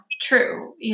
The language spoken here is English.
true